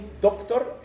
doctor